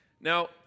Now